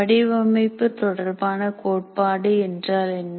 வடிவமைப்பு தொடர்பான கோட்பாடு என்றால் என்ன